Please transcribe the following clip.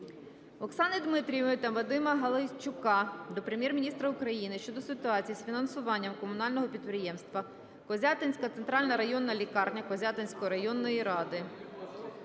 Оксани ДмитрієвоЇ та Вадима Галайчука до Прем'єр-міністра України щодо ситуації з фінансуванням Комунального підприємства "Козятинська центральна районна лікарня Козятинської районної ради".